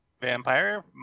Vampire